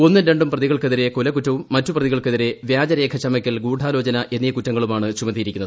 ഒന്നും ര പ്രതികൾക്കെതിരെ കൊലക്കുറ്റവും മറ്റുപ്രതികൾക്കെതിരെ വ്യാജരേഖ ചമയ്ക്കൽ ഗൂഢാലോചന എന്നീ കുറ്റങ്ങളുമാണ് ചുമത്തിയിരിക്കുന്നത്